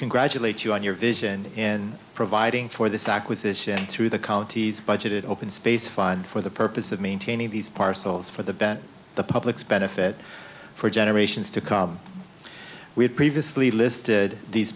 congratulate you on your vision and providing for this acquisition through the county's budget open space fund for the purpose of maintaining these parcels for the better the public's benefit for generations to come we had previously listed these